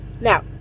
Now